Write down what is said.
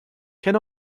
can